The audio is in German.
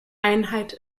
einheit